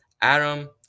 Adam